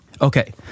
Okay